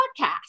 podcast